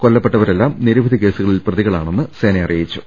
കൊല്ലപ്പെട്ടവരെല്ലാം നിരവധി കേസുക ളിൽ പ്രതികളാണെന്ന് സേന അറിയിച്ചു